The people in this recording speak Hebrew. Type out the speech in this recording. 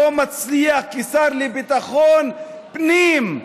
ארדן שלא מצליח כשר לביטחון פנים,